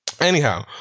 Anyhow